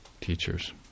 teachers